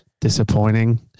disappointing